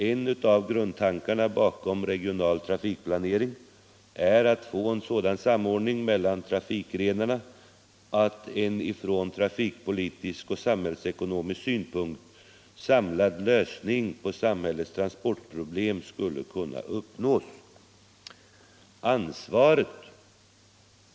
En av grundtankarna bakom regional trafikplanering är att få en sådan samordning mellan trafikgrenarna att en från trafikpolitisk och samhällsekonomisk synpunkt väl samlad lösning på samhällets transportproblem skall kunna uppnås.